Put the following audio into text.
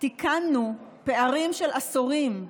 תיקנו פערים של עשורים,